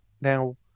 Now